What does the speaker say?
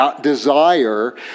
desire